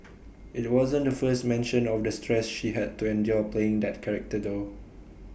IT wasn't the first mention of the stress she had to endure playing that character though